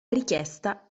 richiesta